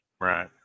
Right